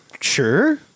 sure